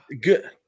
Good